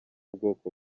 bwoko